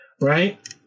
Right